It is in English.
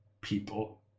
people